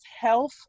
health